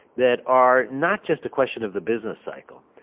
that are not just a question of the business cycle.